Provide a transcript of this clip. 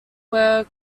were